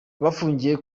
bafungiye